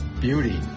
beauty